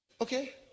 okay